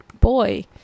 boy